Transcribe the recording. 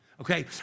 Okay